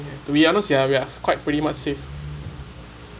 to be honest ya we are quite pretty much safe